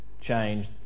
change